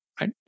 Right